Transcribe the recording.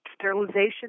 sterilization